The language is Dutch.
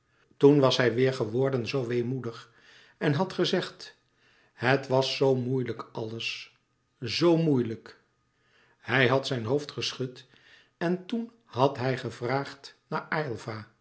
toen was hij weêr geworden zoo weemoedig en had gezegd het was zoo moeilijk alles zoo moeilijk hij had zijn hoofd geschud en toen had hij gevraagd naar aylva